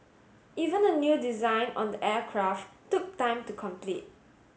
even the new design on the aircraft took time to complete